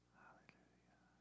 hallelujah